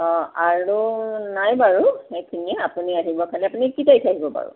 অঁ আৰু নাই বাৰু সেইখিনিয়ে আপুনি আহিব খালী আপুনি কি তাৰিখে আহিব বাৰু